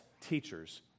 teachers